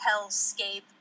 hellscape